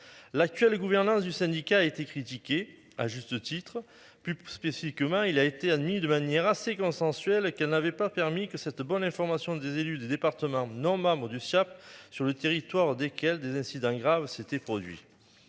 L'actuel gouverneur du syndicat a été critiqué à juste titre plus spécifiquement, il a été admis de manière assez consensuelle et qu'elle n'avait pas permis que cette bonne information des élus des départements non maman du cap sur le territoire desquelles des incidents graves s'était produit.